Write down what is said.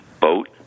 boat